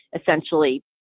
essentially